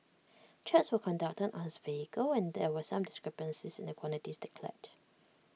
checks were conducted on his vehicle and there were some discrepancies in the quantities declared